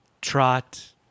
Trot